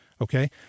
Okay